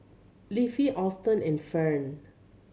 Leafy Auston and Ferne